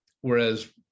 Whereas